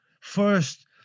First